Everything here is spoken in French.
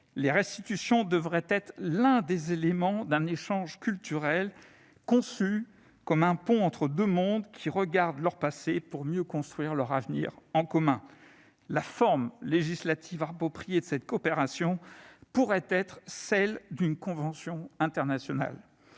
Les restitutions devraient être l'un des éléments d'un échange culturel conçu comme un pont entre deux mondes qui regardent leur passé pour mieux construire leur avenir en commun. La forme législative appropriée de cette coopération pourrait être celle d'une convention internationale.